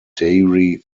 dairy